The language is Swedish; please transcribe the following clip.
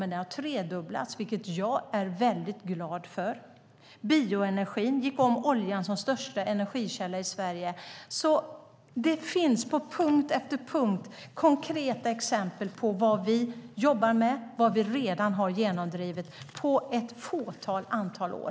Mängden vindkraft har tredubblats, vilket jag är mycket glad för. Bioenergin gick om oljan som största energikälla i Sverige. Det finns alltså på punkt efter punkt konkreta exempel på vad vi jobbar med och vad vi redan har genomdrivit under ett fåtal år.